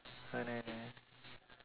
oh no